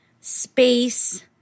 space